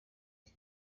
iki